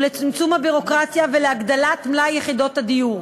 לצמצום הביורוקרטיה ולהגדלת מלאי יחידות הדיור.